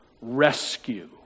rescue